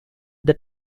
the